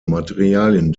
materialien